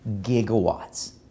gigawatts